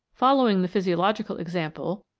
following the physiological principle,